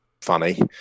funny